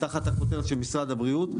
משרד הבריאות,